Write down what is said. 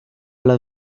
las